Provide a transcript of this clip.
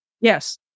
Yes